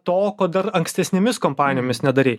to ko dar ankstesnėmis kompanijomis nedarei